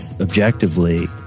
objectively